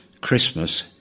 Christmas